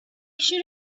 should